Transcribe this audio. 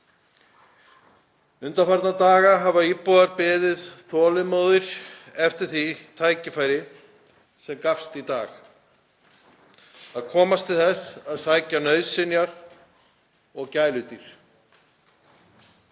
Undanfarna daga hafa íbúar beðið þolinmóðir eftir því tækifæri sem gafst í dag, að komast til þess að sækja nauðsynjar og gæludýr.